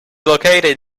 located